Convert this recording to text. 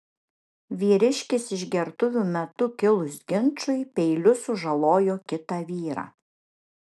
vyriškis išgertuvių metu kilus ginčui peiliu sužalojo kitą vyrą